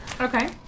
Okay